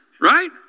right